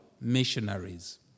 missionaries